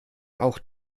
auch